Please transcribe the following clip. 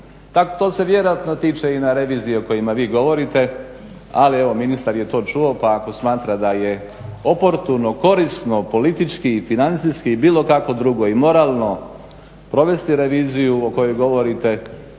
To se vjerojatno tiče i na revizije o kojima vi govorite, ali evo ministar je to čuo, pa ako smatra da je oportuno, korisno politički i financijski i bilo kako drugo i moralno provesti reviziju o kojoj govorite